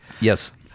Yes